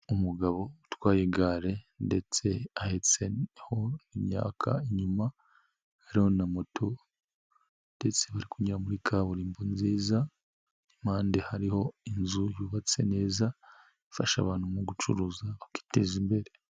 Umugabo utwaye igare ndetse ahetseho imyaka inyuma, hariho na moto ndetse bari kunyura muri kaburimbo, nziza ku mpande hari inzu yubatse neza ifasha abantu mu gucuruza bakiteza imbere.